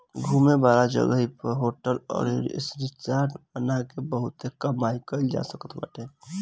घूमे वाला जगही पअ होटल अउरी रिजार्ट बना के बहुते कमाई कईल जा सकत बाटे